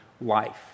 life